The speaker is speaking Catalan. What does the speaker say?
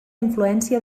influència